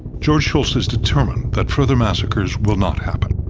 george shultz is determined that further massacres will not happen.